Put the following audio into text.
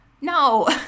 No